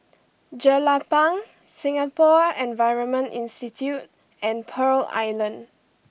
Jelapang Singapore Environment Institute and Pearl Island